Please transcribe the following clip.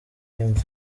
imva